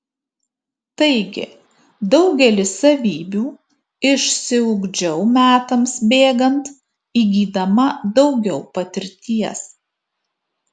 taigi daugelį savybių išsiugdžiau metams bėgant įgydama daugiau patirties